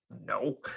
No